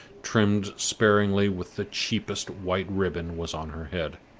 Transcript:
trimmed sparingly with the cheapest white ribbon, was on her head.